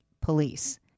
police